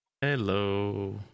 Hello